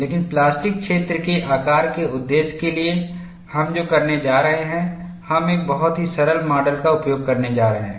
लेकिन प्लास्टिक क्षेत्र के आकार के उद्देश्य के लिए हम जो करने जा रहे हैं हम एक बहुत ही सरल माडल का उपयोग करने जा रहे हैं